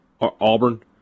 Auburn